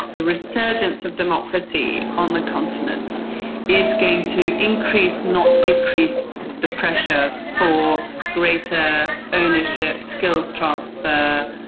the resurgence of democracy on the continent is going to increase not decrease the pressure for greater ownership, skills transfer,